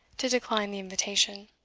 to decline the invitation.